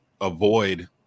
avoid